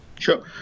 Sure